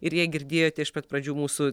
ir jei girdėjote iš pat pradžių mūsų